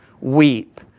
weep